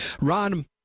Ron